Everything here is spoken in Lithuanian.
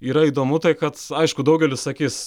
yra įdomu tai kad aišku daugelis sakys